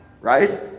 Right